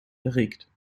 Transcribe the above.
erregt